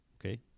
Okay